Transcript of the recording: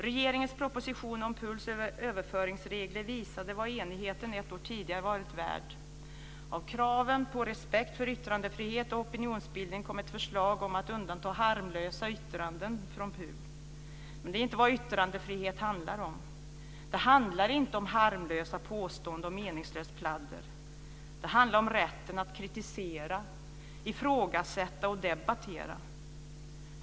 Regeringens proposition om PUL:s överföringsregler visade vad enigheten ett år tidigare varit värd. Av kraven på respekt för yttrandefrihet och opinionsbildning kom ett förslag om att undanta harmlösa yttranden från PUL. Det är inte vad yttrandefrihet handlar om. Det handlar inte om harmlösa påståenden och meningslöst pladder. Det handlar om rätten att kritisera, ifrågasätta och debattera.